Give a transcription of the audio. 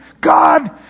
God